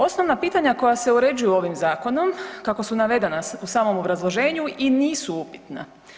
Osnovna pitanja koja se uređuju ovim zakonom kako su navedena u samom obrazloženju i nisu upitna.